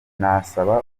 nasaba